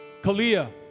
Kalia